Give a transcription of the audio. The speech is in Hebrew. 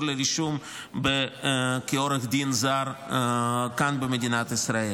לרישום כעורך דין זר כאן במדינת ישראל.